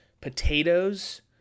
Potatoes